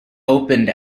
opened